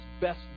best